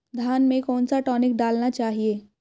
धान में कौन सा टॉनिक डालना चाहिए?